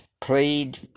Plead